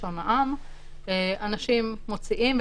אנשים מוציאים את זה,